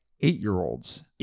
eight-year-olds